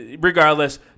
regardless